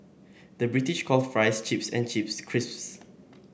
the British calls fries chips and chips crisps